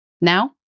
Now